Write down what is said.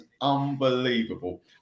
unbelievable